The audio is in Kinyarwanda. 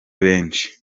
benshi